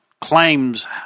claims